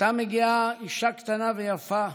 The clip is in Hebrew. הייתה מגיעה אישה קטנה ויפה,